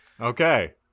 okay